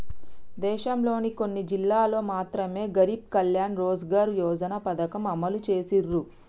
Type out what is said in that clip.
దేశంలోని కొన్ని జిల్లాల్లో మాత్రమె గరీబ్ కళ్యాణ్ రోజ్గార్ యోజన పథకాన్ని అమలు చేసిర్రు